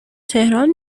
تهران